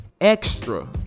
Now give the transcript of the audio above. extra